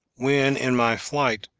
when, in my flight,